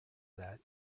that